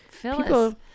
people